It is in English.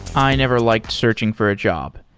i never liked searching for a job.